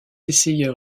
essayeur